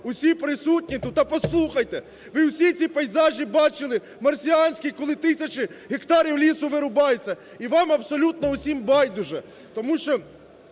Усі присутні тут - та послухайте! – ви всі ці пейзажі бачили марсіанські, коли тисячі гектарів лісу вирубається, і вам абсолютно усім байдуже, тому що